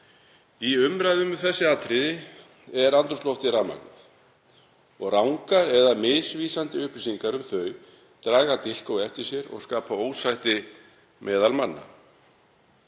Í umræðum um þessi atriði er andrúmsloftið rafmagnað og rangar eða misvísandi upplýsingar um þau draga dilk á eftir sér og skapa ósætti meðal manna.